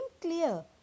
clear